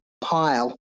pile